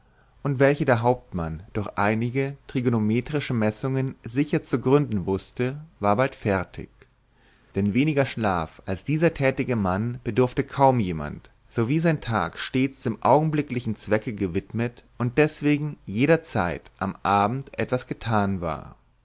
und welche der hauptmann durch einige trigonometrische messungen sicher zu gründen wußte war bald fertig denn weniger schlaf als dieser tätige mann bedurfte kaum jemand so wie sein tag stets dem augenblicklichen zwecke gewidmet und deswegen jederzeit am abende etwas getan war